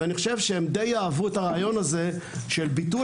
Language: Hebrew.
ואני חושב שהם דיי אהבו את הרעיון הזה של ביטול